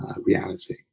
reality